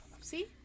See